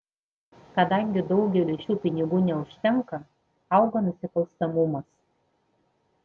kadangi daugeliui šių pinigų neužtenka auga nusikalstamumas